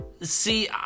See